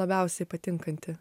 labiausiai patinkanti